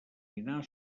dinar